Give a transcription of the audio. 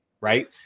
right